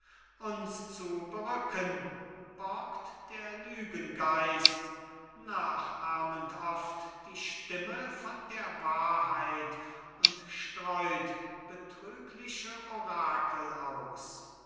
uns zu berücken borgt der lügengeist nachahmend oft die stimme von der wahrheit und streut betrügliche orakel aus